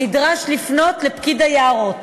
נדרש לפנות לפקיד היערות.